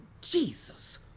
Jesus